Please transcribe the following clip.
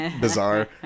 bizarre